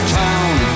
town